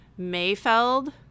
Mayfeld